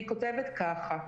היא כותבת כך: